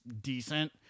decent